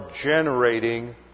generating